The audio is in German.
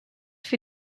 für